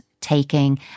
taking